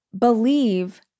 believe